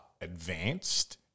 advanced